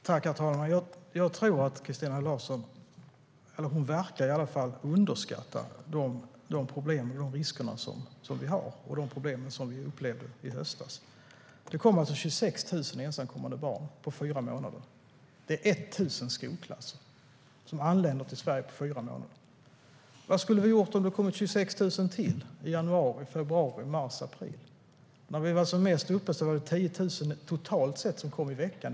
Herr talman! Christina Höj Larsen verkar underskatta de risker som finns och de problem vi upplevde i höstas. Det kom 26 000 ensamkommande barn på fyra månader. Det motsvarar 1 000 skolklasser som anlände till Sverige inom fyra månader. Vad skulle vi ha gjort om det hade kommit 26 000 till i januari, februari, mars och april? När siffrorna var som högst kom totalt 10 000 i veckan.